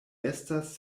estas